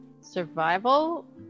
survival